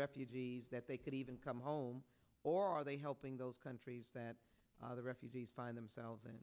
refugees that they could even come home or are they helping those countries that the refugees find themselves and